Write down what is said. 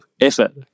effort